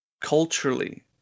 Culturally